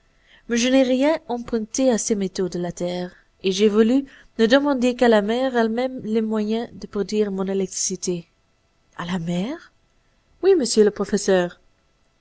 mais je n'ai rien emprunté à ces métaux de la terre et j'ai voulu ne demander qu'à la mer elle-même les moyens de produire mon électricité a la mer oui monsieur le professeur